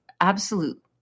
absolute